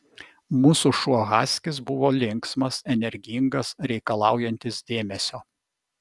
mūsų šuo haskis buvo linksmas energingas reikalaujantis dėmesio